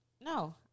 no